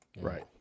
Right